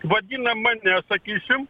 vadina mane sakysim